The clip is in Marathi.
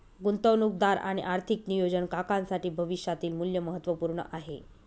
गुंतवणूकदार आणि आर्थिक नियोजन काकांसाठी भविष्यातील मूल्य महत्त्वपूर्ण आहे